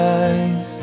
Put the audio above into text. eyes